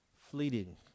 fleeting